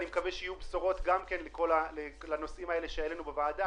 אני מקווה שיהיו בשורות לנושאים האלה שהעלינו בוועדה.